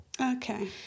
Okay